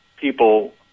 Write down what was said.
people